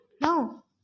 No